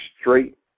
straight